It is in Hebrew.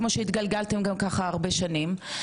כמו שהתגלגלתם גם ככה הרבה שנים.